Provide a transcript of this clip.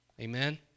Amen